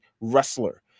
Wrestler